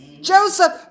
Joseph